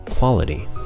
Quality